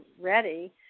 ready